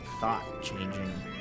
thought-changing